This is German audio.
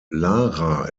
lara